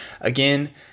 again